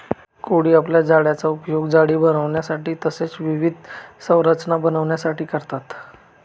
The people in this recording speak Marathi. कोळी आपल्या जाळ्याचा उपयोग जाळी बनविण्यासाठी तसेच विविध संरचना बनविण्यासाठी करतात